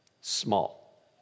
Small